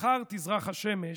מחר תזרח השמש.